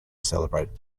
celebrate